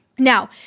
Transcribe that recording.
Now